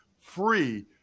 free